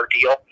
deal